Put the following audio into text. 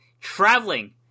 traveling